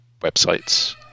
websites